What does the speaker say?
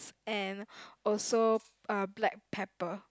and also uh black pepper